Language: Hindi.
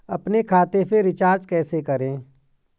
अपने खाते से रिचार्ज कैसे करें?